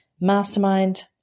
mastermind